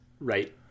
Right